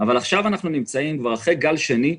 אבל אנחנו עכשיו נמצאים כבר אחרי גל שני,